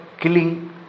killing